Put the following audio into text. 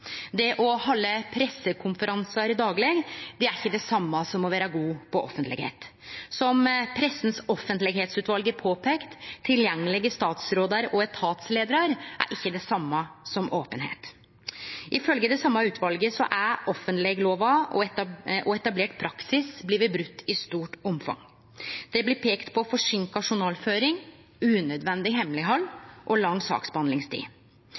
Det å halde pressekonferansar dagleg er ikkje det same som å vere gode på offentlegheit. Som Pressens offentlighetsutvalg har peika på: Tilgjengelege statsrådar og etatsleiarar er ikkje det same som openheit. Ifølgje det same utvalet er offentleglova og etablert praksis blitt brote i stort omfang. Det blir peikt på forseinka journalføring, unødvendig hemmeleghald og lang saksbehandlingstid.